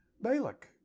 Balak